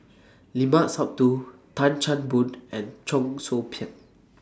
Limat Sabtu Tan Chan Boon and Cheong Soo Pieng